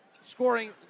scoring